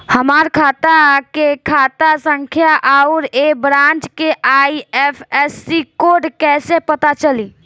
हमार खाता के खाता संख्या आउर ए ब्रांच के आई.एफ.एस.सी कोड कैसे पता चली?